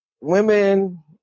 women